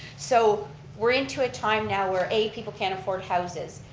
so we're into a time now where, a, people can't afford houses,